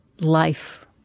life